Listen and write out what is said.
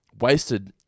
wasted